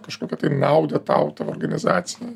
kažkokią naudą tau tą organizacinę